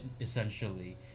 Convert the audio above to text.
essentially